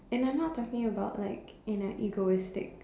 and I'm not talking about like in a egoistic